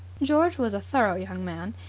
george was a thorough young man.